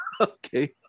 okay